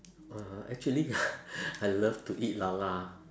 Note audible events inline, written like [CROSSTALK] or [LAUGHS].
uh actually [LAUGHS] I love to eat 啦啦